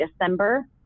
December